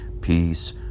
peace